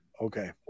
Okay